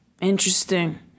interesting